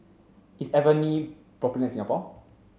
is Avene popular in Singapore